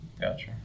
Gotcha